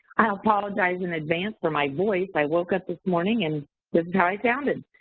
i apologize in advance for my voice. i woke up this morning and this is how i sounded.